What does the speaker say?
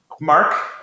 Mark